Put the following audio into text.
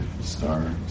Stars